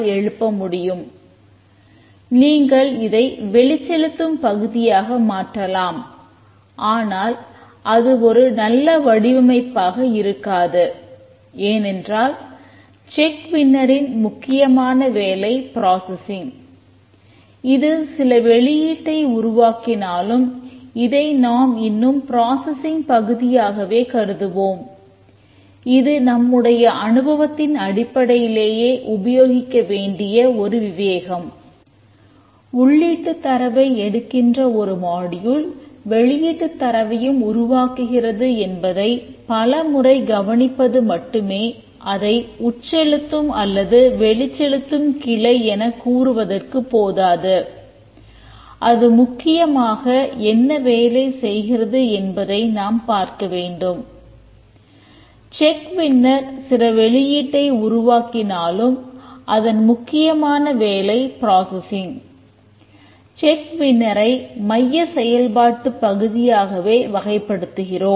D F T I மைய செயல்பாட்டுப் பகுதியாகவே வகைப்படுத்துகிறோம்